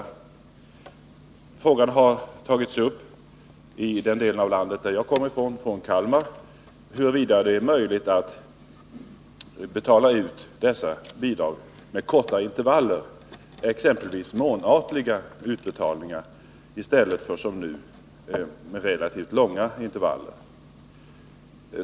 En fråga har tagits upp i den del av landet som jag kommer från, nämligen Kalmar län, om huruvida det är möjligt att betala ut dessa bidrag med korta intervaller, exempelvis månatliga utbetalningar, i stället för som nu med relativt långa intervaller.